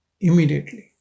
immediately